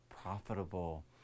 profitable